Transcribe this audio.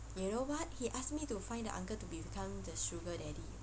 you know what he asked me to find the uncle to be become the sugar daddy